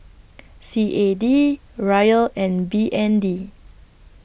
C A D Riel and B N D